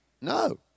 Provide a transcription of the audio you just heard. no